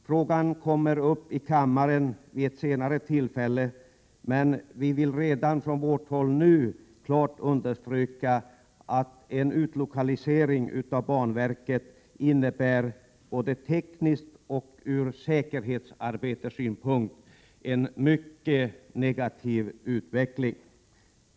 Frågan tas upp till behandling i kammaren vid ett senare tillfälle, men vi vill redan nu från vårt håll understryka att en utlokalisering av banverket innebär både tekniskt och från säkerhetsarbetssynpunkt en mycket negativ utveckling.